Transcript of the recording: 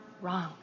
wrong